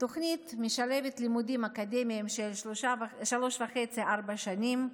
תוכנית שמשלבת לימודים אקדמיים של שלוש וחצי-ארבע שנים,